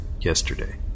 yesterday